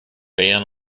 ban